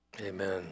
Amen